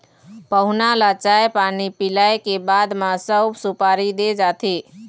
पहुना ल चाय पानी पिलाए के बाद म सउफ, सुपारी दे जाथे